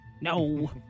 No